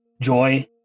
joy